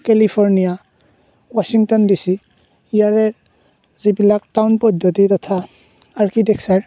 California Washington D C ইয়াৰে যিবিলাক town পদ্ধতি তথা আৰ্কিটেক্সাৰ